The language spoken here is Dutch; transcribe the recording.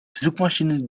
zoekmachines